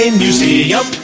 museum